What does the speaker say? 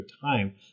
time